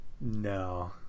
No